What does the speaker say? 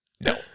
No